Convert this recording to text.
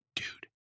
dude